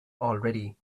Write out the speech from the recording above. already